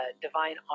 divine